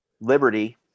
Liberty